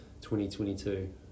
2022